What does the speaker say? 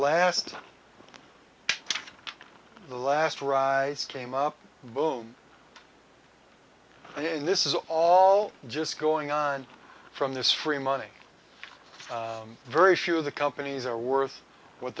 time the last rise came up boom and in this is all just going on from this free money very few of the companies are worth what